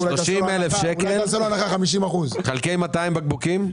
30 אלף שקלים חלקי 2,000 בקבוקים.